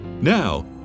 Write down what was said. Now